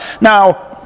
Now